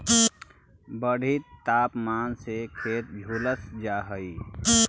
बढ़ित तापमान से खेत झुलस जा हई